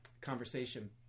conversation